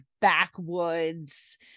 backwoods